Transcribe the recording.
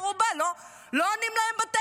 יש להם בני ערובה,